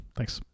Thanks